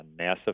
NASA